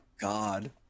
God